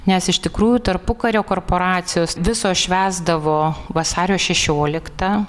nes iš tikrųjų tarpukario korporacijos visos švęsdavo vasario šešioliktą